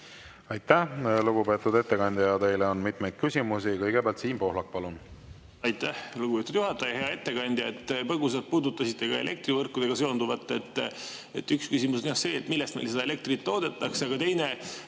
Aitäh, lugupeetud ettekandja! Teile on mitmeid küsimusi. Kõigepealt Siim Pohlak, palun! Aitäh, lugupeetud juhataja! Hea ettekandja! Te põgusalt puudutasite ka elektrivõrkudega seonduvat. Üks küsimus on jah see, millest meil seda elektrit toodetakse, aga teine